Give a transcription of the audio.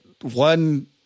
one